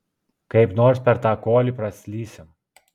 kaip nors per tą kolį praslysim